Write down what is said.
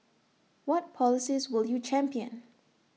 what policies will you champion